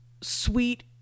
sweet